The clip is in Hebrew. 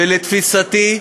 ולתפיסתי,